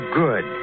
good